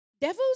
Devils